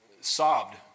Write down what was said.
sobbed